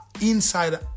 inside